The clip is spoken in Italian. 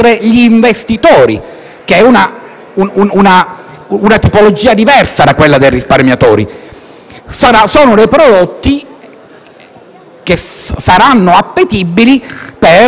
una figura diversa da quella del risparmiatore. Sono prodotti che saranno appetibili per le società di gestione del risparmio,